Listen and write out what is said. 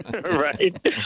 Right